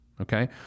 Okay